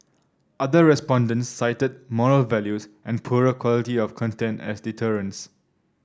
other respondents cited moral values and poorer quality of content as deterrents